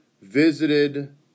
visited